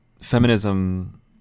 feminism